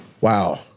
Wow